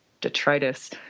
detritus